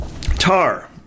Tar